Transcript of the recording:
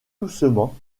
doucement